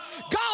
God